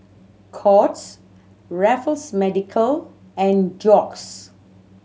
Courts Raffles Medical and Doux